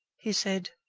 he said,